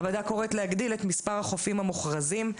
הוועדה קוראת להגדיל את מספר החופים המוכרזים.